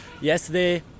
yesterday